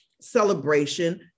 celebration